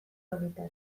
honetan